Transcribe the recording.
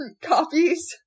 copies